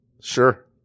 sure